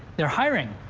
they are hiring.